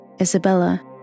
Isabella